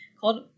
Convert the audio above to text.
called